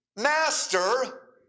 Master